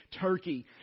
Turkey